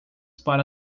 para